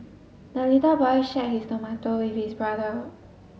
the little boy shared his tomato with his brother